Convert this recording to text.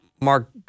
Mark